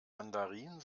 mandarin